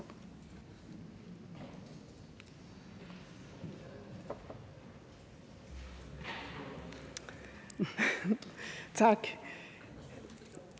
Tak.